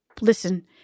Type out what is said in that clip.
listen